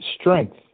strength